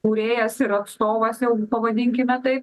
kūrėjas ir atstovas jau pavadinkime taip